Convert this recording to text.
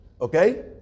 okay